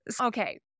Okay